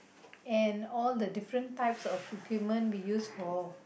and all the different types of equipment we use for